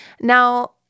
Now